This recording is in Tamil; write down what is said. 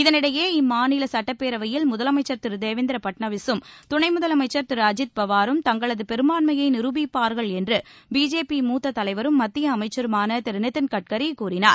தெனிடையே இம்மாநில சட்டப்பேரவையில் முதலமைச்சர் திரு பட்நவிஸும் துணை முதலமைச்சர் திரு அஜித் பவாரும் தங்களது பெரும்பான்மையை நிரூபிப்பார்கள் என்று பிஜேபி மூத்த தலைவரும் மத்திய அமைச்சருமான திரு நிதின் கட்கரி கூறினார்